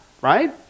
Right